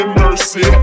mercy